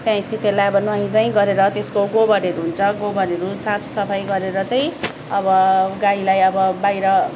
त्यसपछि त्यसलाई अब नुहाई धुवाई गरेर त्यसको गोबरहरू हुन्छ गोबरहरू साफ सफाई गरेर चाहिँ अब गाईलाई अब बाहिर